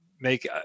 make